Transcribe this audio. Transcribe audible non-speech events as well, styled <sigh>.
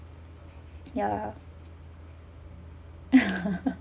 ya <laughs>